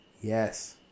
Yes